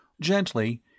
Gently